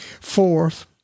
Fourth